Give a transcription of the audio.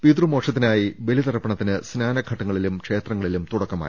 പിതൃ മോക്ഷത്തിനായി ബലിതർപ്പ ണത്തിന് സ്നാനഘട്ടങ്ങളിലും ക്ഷേത്രങ്ങളിലും തുടക്കമായി